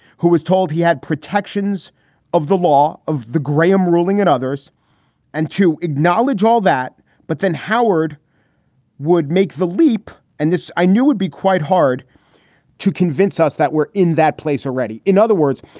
who was told he had protections of the law of the graham ruling and others and to acknowledge all that. but then howard would make the leap. and this, i knew, would be quite hard to convince us that we're in that place already in other words,